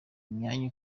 imyanya